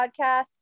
podcasts